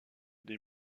des